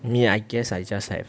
me I guess I just have